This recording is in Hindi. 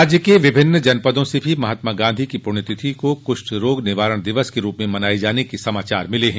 राज्य के विभिन्न जनपदों से भी महात्मा गांधी की पुण्य तिथि को कुष्ठ रोग निवारण दिवस के रूप में मनाये जाने के समाचार है